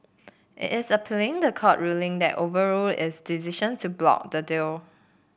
it is appealing the court ruling that overruled its decision to block the deal